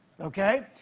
Okay